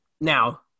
Now